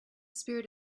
spirit